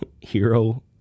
hero